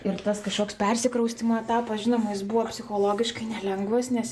ir tas kažkoks persikraustymo etapas žinoma jis buvo psichologiškai nelengvos nes